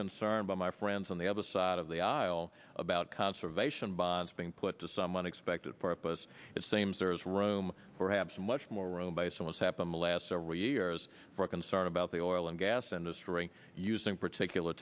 concern by my friends on the other side of the aisle about conservation bonds being put to some unexpected purpose it seems there is room for habs much more room by so what's happened the last several years for concern about the oil and gas industry using particular